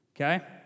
Okay